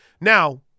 Now